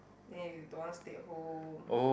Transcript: then you don't want stay home